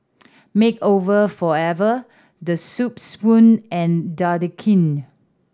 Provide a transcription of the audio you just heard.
Makeover Forever The Soup Spoon and Dequadin